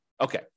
Okay